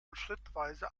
schrittweise